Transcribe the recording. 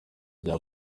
bya